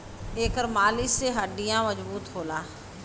एकर मालिश से हड्डीयों मजबूत होला